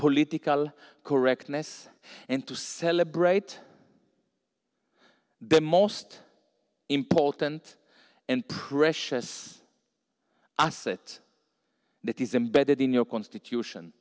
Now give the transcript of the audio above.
political correctness and to celebrate the most important and precious asset that is embedded in your constitution